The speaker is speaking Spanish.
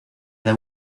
the